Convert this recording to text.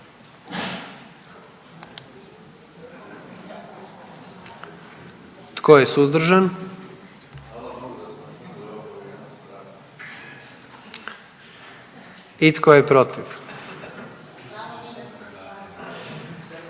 Tko je suzdržan? I tko je protiv?